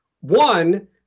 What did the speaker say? One